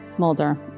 Mulder